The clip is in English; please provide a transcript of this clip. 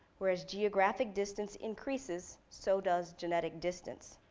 whereas geographic distance increases so does genetic distance.